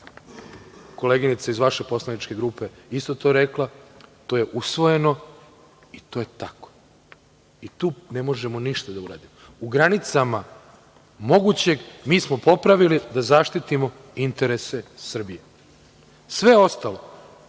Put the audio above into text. koleginica iz vaše poslaničke grupe isto to rekla, to je usvojeno i to je tako i tu ne možemo ništa da uradimo. U granicama mogućeg mi smo popravili da zaštitimo interese Srbije. Sve ostalo